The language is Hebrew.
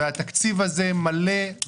והתקציב הזה מלא בפגיעה בחלשים,